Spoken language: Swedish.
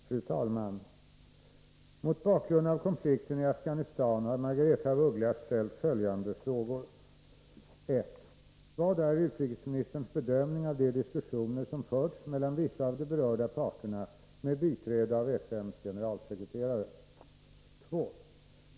Fru talman! Mot bakgrund av konflikten i Afghanistan har Margaretha af Ugglas ställt följande frågor. 1. Vad är utrikesministerns bedömning av de diskussioner som förts mellan vissa av de berörda parterna med biträde av FN:s generalsekreterare? 2.